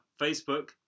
Facebook